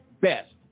best